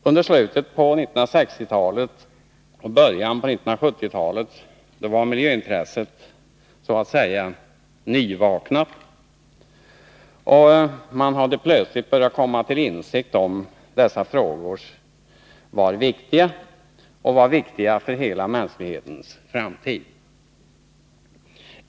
Under slutet av 1960-talet och början av 1970-talet var miljöintresset så att säga nyvaknat, och man hade plötsligt börjat komma till insikt om att dessa frågor var viktiga för hela mänsklighetens framtid.